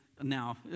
now